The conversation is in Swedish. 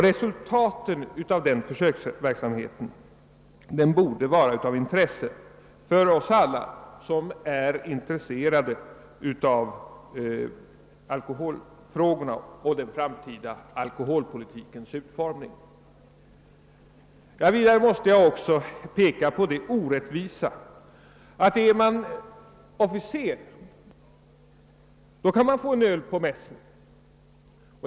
Resultatet av denna borde vara värdefullt för alla som är intresserade av alkoholfrågorna och den framtida alkoholpolitikens utformning. Jag måste vidare påpeka det orättvisa i att en officer kan få en öl på mässen.